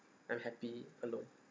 I'm happy alone